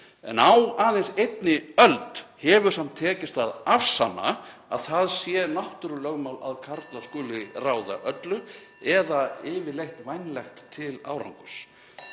En á aðeins einni öld hefur samt tekist að afsanna að það sé náttúrulögmál að karlar skuli ráða öllu eða yfirleitt vænlegt til árangurs.